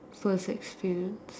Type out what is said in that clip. first experience